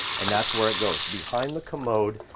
and that's where it goes, behind the commode,